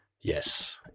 Yes